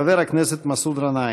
חבר הכנסת מסעוד גנאים.